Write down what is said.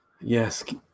Yes